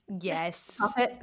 Yes